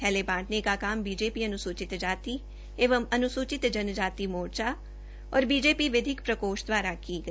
थैले बांटने का काम बीजेपी अनुसूचित जाति एंव अनुसूचित जनजाति मोर्चा और बीजेपी विधिक प्रकोष्ठ द्वारा किया गया